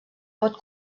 pot